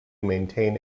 maintain